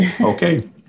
okay